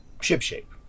ship-shape